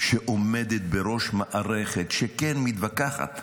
שעומדת בראש מערכת, שכן, מתווכחת.